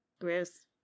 Gross